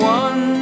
one